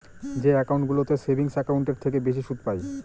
যে একাউন্টগুলোতে সেভিংস একাউন্টের থেকে বেশি সুদ পাই